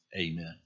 Amen